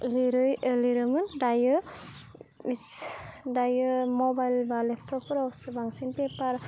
लिरै एह लिरोमोन दायो इस दायो मबाइल बा लेपटपफोरावसो बांसिन पेपार